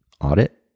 audit